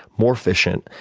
more efficient,